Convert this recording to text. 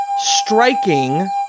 striking